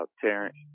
Terrence